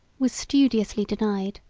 was studiously denied,